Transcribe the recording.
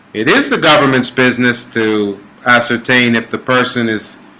it is the government's business to ascertain if the person is